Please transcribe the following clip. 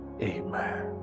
Amen